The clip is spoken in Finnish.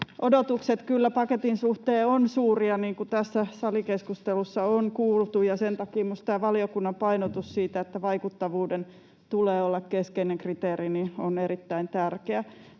Odotukset paketin suhteen ovat kyllä suuria, niin kun tässä salikeskustelussa on kuultu, ja sen takia minusta tämä valiokunnan painotus siitä, että vaikuttavuuden tulee olla keskeinen kriteeri, on erittäin tärkeä,